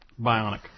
Bionic